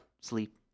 sleep